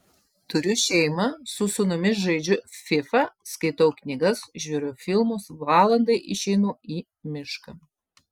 turiu šeimą su sūnumis žaidžiu fifa skaitau knygas žiūriu filmus valandai išeinu į mišką